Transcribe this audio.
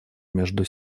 между